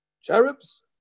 Cherubs